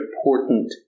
important